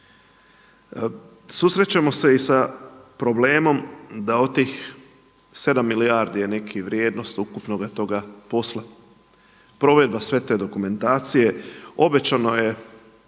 Susrećemo se i sa problemom da od tih 7 milijardi je nekih vrijednost ukupnog tog posla, provedba sve te dokumentacije, obećano je